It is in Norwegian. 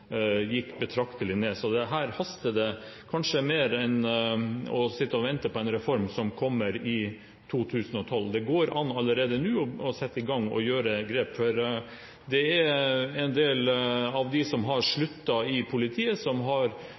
gikk betraktelig ned. Så her haster det kanskje mer enn å sitte og vente på en reform som kommer i 2012. Det går an allerede nå å sette i gang og gjøre grep, for en del av dem som har sluttet i politiet, har oppgitt som